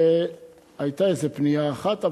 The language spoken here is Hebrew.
היתה איזו פנייה אחת,